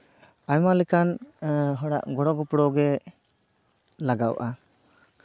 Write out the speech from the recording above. ᱟᱭᱢᱟ ᱞᱮᱠᱟᱱ ᱦᱚᱲᱟᱜ ᱜᱚᱲᱚ ᱜᱚᱯᱲᱚ ᱜᱮ ᱞᱟᱜᱟᱣᱼᱟ